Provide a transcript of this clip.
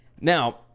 Now